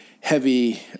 heavy